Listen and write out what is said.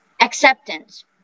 acceptance